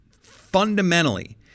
fundamentally